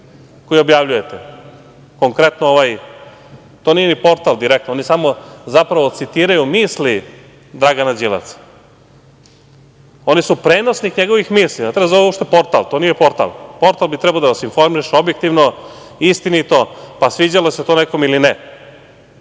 koji objavljujete, konkretno ovaj. To nije ni portal direktno, oni samo zapravo citiraju misli Dragana Đilasa. Oni su prenosnik njegovih misli. Ne treba uopšte da se zovu uopšte portal. To nije portal. Portal bi trebao da vas informiše objektivno, istinito, pa sviđalo se to nekome ili ne.